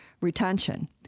retention